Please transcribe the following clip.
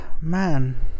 man